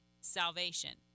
salvation